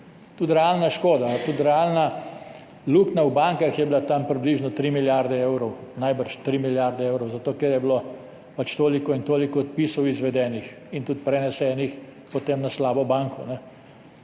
Tudi realna škoda, tudi realna luknja v bankah je bila približno tri milijarde evrov, najbrž tri milijarde evrov, zato ker je bilo pač toliko in toliko odpisov izvedenih in tudi prenesenih potem na slabo banko